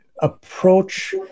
approach